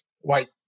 white